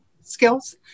skills